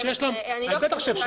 בטח שאפשר.